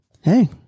Hey